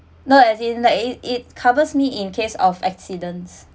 no as in like it it covers me in case of accidents